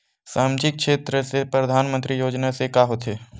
सामजिक क्षेत्र से परधानमंतरी योजना से का होथे?